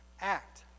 act